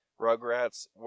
rugrats